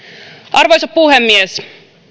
arvoisa puhemies